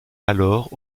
alors